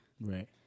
Right